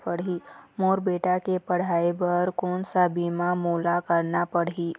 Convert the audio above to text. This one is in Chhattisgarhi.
मोर बेटा के पढ़ई बर कोन सा बीमा मोला करना पढ़ही?